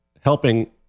helping